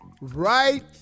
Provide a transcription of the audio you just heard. Right